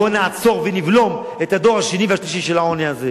בואו נעצור ונבלום את הדור השני והשלישי של העוני הזה,